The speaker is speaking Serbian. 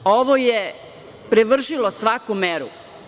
Ovo je prevršilo svaku meru.